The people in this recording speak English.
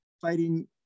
fighting